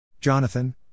Jonathan